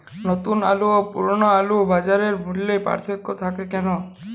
নতুন আলু ও পুরনো আলুর বাজার মূল্যে পার্থক্য থাকে কেন?